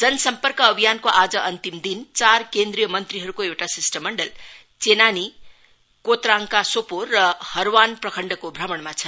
जनसम्पर्क अभियानको आज अन्तिम दिन चार केन्द्रीय मन्त्रीहरूको एउटा शिष्टमण्डल चेनानी कोतराङका सोपोर र हर्वान प्रखण्डको भ्रमणमा छन्